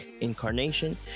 incarnation